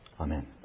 Amen